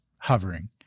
hovering